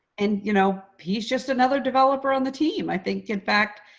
and you know he's just another developer on the team. i think, in fact,